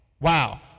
Wow